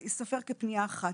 זה ייספר כפנייה אחת.